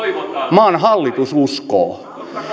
maan hallitus uskoo